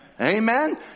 Amen